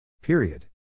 Period